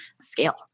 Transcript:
scale